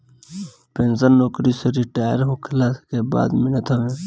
pension नोकरी से retire होखला के बाद मिलत हवे